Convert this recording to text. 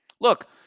Look